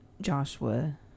Joshua